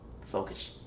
focus